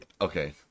okay